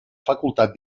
facultat